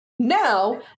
Now